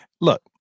Look